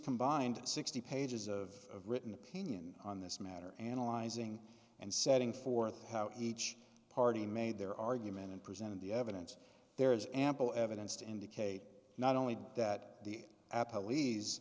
combined sixty pages of written opinion on this matter analyzing and setting forth how each party made their argument and presented the evidence there is ample evidence to indicate not only that the